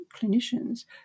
clinicians